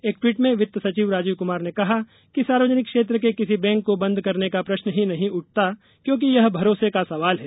एक टवीट में वित्त सचिव राजीव कमार ने कहा कि सार्वजनिक क्षेत्र के किसी बैंक को बंद करने का प्रश्न ही नहीं उठता क्योंकि यह भरोसे का सवाल है